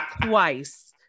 twice